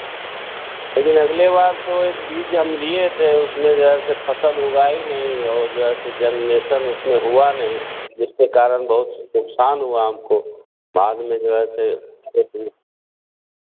लेकिन अगली बार तो एक बीज हम लिए थे उसमें जैसे फ़सल उगाई नहीं है और जो है जेनरेशन उसमें हुआ नहीं जिसके कारण बहुत नुकसान हुआ हमको बाद में है जो ऐसे उसमें